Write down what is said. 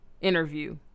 interview